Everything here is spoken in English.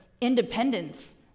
independence